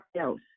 else